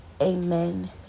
amen